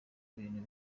ibintu